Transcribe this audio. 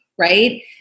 right